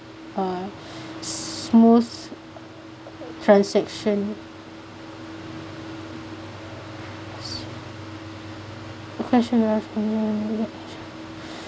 uh smooth transaction